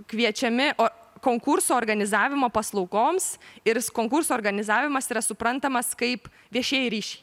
kviečiami o konkurso organizavimo paslaugoms ir konkurso organizavimas yra suprantamas kaip viešieji ryšiai